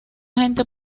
gente